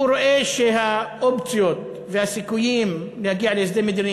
הוא רואה שהאופציות והסיכויים להגיע להסדר מדיני